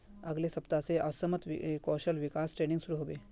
अगले सप्ताह स असमत कौशल विकास ट्रेनिंग शुरू ह बे